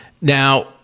now